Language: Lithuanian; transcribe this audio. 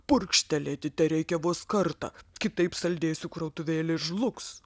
purkštelėti tereikia vos kartą kitaip saldėsių krautuvėlė žlugs